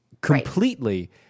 completely